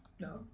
No